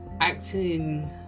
acting